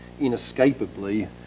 inescapably